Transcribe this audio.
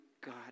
God